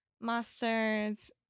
master's